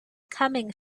coming